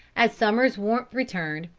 as summer's warmth returned,